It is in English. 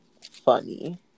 funny